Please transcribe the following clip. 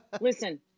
Listen